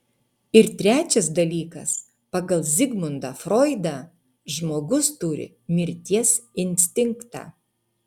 ir trečias dalykas pagal zigmundą froidą žmogus turi mirties instinktą